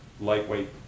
lightweight